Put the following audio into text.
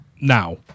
now